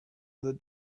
that